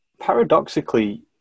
paradoxically